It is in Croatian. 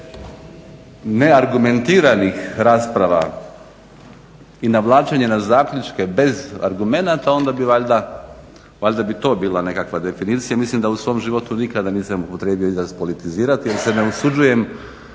neargumentiranih rasprava i navlačenja na zaključke bez argumenata onda bi valjda to bila nekakva definicija. Mislim da u svom životu nikada nisam upotrijebio izraz politizirati jer se ne usuđujem